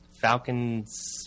falcons